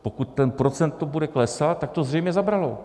Pokud to procento bude klesat, tak to zřejmě zabralo.